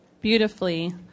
beautifully